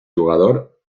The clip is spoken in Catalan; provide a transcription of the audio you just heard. jugador